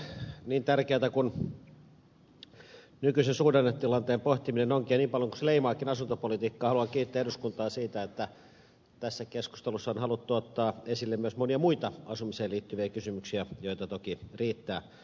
niin tärkeätä kuin nykyisen suhdannetilanteen pohtiminen onkin ja niin paljon kuin se leimaakin asuntopolitiikkaa haluan kiittää eduskuntaa siitä että tässä keskustelussa on haluttu ottaa esille myös monia muita asumiseen liittyviä kysymyksiä joita toki riittää